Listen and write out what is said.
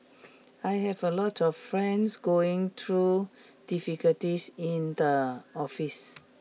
I have a lot of friends going through difficulties in the office